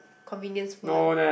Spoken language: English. convenience food